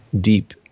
deep